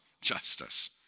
justice